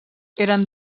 eren